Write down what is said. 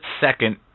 second